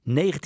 19